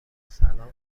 سلام